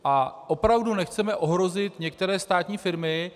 A opravdu nechceme ohrozit některé státní firmy.